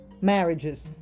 marriages